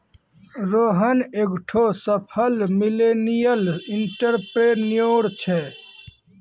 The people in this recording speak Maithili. रोहन एकठो सफल मिलेनियल एंटरप्रेन्योर छै